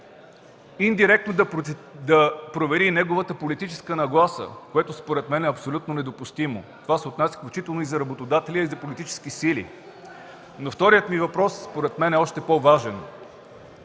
индиректно да провери и неговата политическа нагласа, което според мен е абсолютно недопустимо. Това се отнася включително и за работодателя, и за политически сили. Вторият ми въпрос според мен е още по-важен.